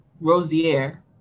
Rosier